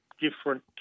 different